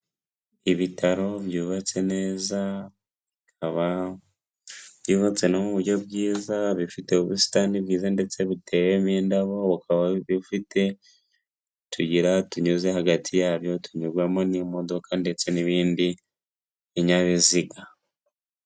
Ibitaro byubatse neza bikaba byubatse no mu buryo bwiza, bifite ubusitani bwiza ndetse buteyemo indaboba bukaba bufite utuyira tunyuze hagati yabyo, tunyurwamo n'imodoka ndetse n'ibindi binyabiziga.